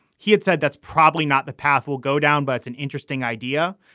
he had said that's probably not the path will go down. but it's an interesting idea.